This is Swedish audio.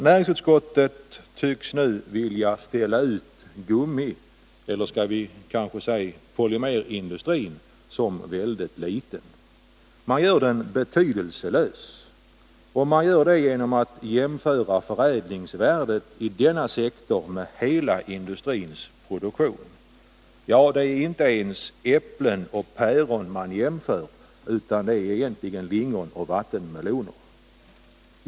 Näringsutskottet tycks nu vilja ställa ut gummiindustrin — eller skall vi kanske säga polymerindustrin — som en väldigt liten industri. Man gör den betydelselös genom att jämföra förädlingsvärdet i denna sektor med hela industrins produktion. Det är inte ens äpplen och päron som man jämför utan lingon och vattenmeloner.